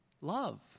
Love